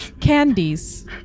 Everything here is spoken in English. Candies